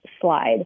slide